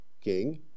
king